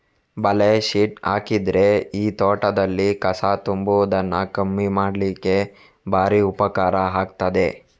ಬಲೆ ಶೀಟ್ ಹಾಕಿದ್ರೆ ಈ ತೋಟದಲ್ಲಿ ಕಸ ತುಂಬುವುದನ್ನ ಕಮ್ಮಿ ಮಾಡ್ಲಿಕ್ಕೆ ಭಾರಿ ಉಪಕಾರ ಆಗ್ತದೆ